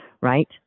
Right